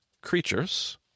creatures